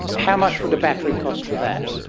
how much would a battery cost for that?